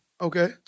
Okay